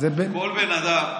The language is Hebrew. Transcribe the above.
כל בן אדם שמסיים,